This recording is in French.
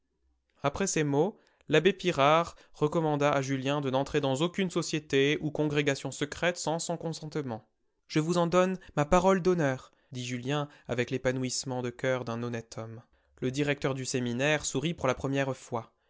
après ces mots l'abbé pirard recommanda à julien de n'entrer dans aucune société ou congrégation secrète sans son consentement je vous en donne ma parole d'honneur dit julien avec l'épanouissement de coeur d'un honnête homme le directeur du séminaire sourit pour la première fois